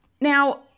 Now